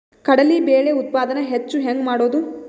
ಕಡಲಿ ಬೇಳೆ ಉತ್ಪಾದನ ಹೆಚ್ಚು ಹೆಂಗ ಮಾಡೊದು?